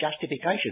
justification